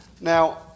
Now